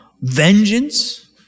vengeance